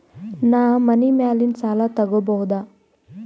ನಾ ಮನಿ ಮ್ಯಾಲಿನ ಸಾಲ ತಗೋಬಹುದಾ?